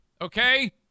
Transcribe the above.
okay